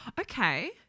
Okay